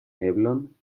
eblon